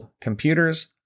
computers